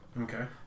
Okay